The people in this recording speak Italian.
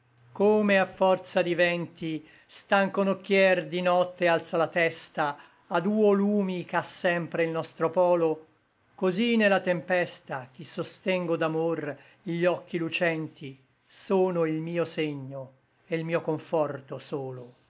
come a forza di vènti stanco nocchier di notte alza la testa a duo lumi ch'a sempre il nostro polo cosí ne la tempesta ch'i sostengo d'amor gli occhi lucenti sono il mio segno e l mio conforto solo